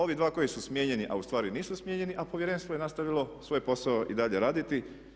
Ovi dva koji su smijenjeni, a ustvari nisu smijenjeni, a povjerenstvo je nastavilo svoj posao i dalje raditi.